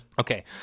Okay